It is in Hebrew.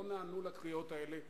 לא נענו לקריאות האלה,